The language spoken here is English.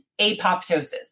apoptosis